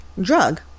drug